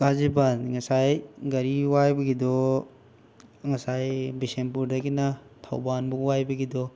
ꯀꯥ ꯖꯤꯕꯟ ꯉꯁꯥꯏ ꯒꯥꯔꯤ ꯋꯥꯏꯕꯒꯤꯗꯣ ꯉꯁꯥꯏ ꯕꯤꯁꯦꯟꯄꯨꯔꯗꯒꯤꯅ ꯊꯧꯕꯥꯜꯐꯥꯎ ꯋꯥꯏꯕꯒꯤꯗꯣ